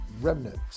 remnants